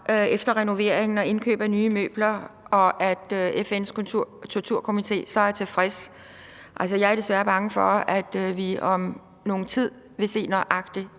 efter renoveringen og indkøb af nye møbler, at FN's Torturkomité er tilfreds? Jeg er desværre bange for, at vi om nogen tid vil se nøjagtig